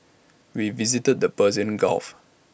we visited the Persian gulf